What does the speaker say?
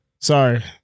Sorry